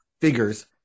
figures